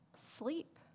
sleep